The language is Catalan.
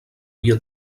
via